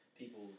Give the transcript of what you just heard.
People